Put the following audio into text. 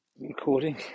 recording